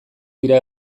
dira